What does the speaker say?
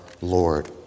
Lord